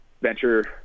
venture –